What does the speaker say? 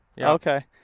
Okay